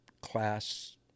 class